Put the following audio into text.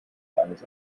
eines